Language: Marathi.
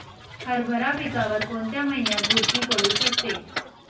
हरभरा पिकावर कोणत्या महिन्यात बुरशी पडू शकते?